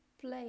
play